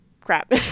crap